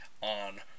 on